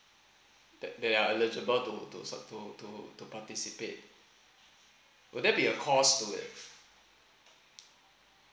that they are eligible to to sub~ to to to participate would there be a course to it